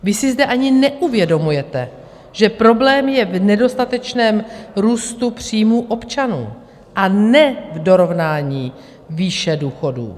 Vy si zde ani neuvědomujete, že problém je v nedostatečném růstu příjmu občanů, a ne v dorovnání výše důchodů.